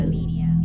Media